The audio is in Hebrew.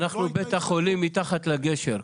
אנחנו בית החולים מתחת לגשר.